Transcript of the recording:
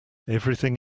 everything